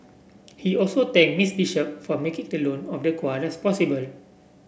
he also thanked Miss Bishop for making the loan of the koalas possible